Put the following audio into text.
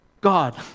God